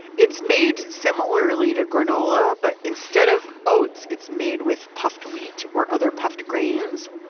it's made similarly to granola. but, instead of oats it's made with puffed wheat or other puffed grains.